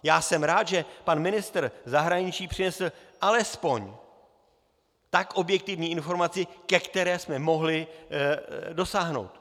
Já jsem rád, že pan ministr zahraničí přinesl alespoň tak objektivní informaci, ke které jsme mohli dosáhnout.